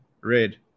red